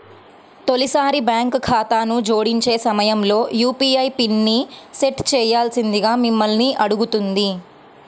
తొలిసారి బ్యాంక్ ఖాతాను జోడించే సమయంలో యూ.పీ.ఐ పిన్ని సెట్ చేయాల్సిందిగా మిమ్మల్ని అడుగుతుంది